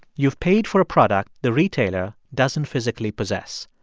you've paid for a product the retailer doesn't physically possess.